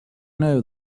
know